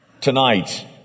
Tonight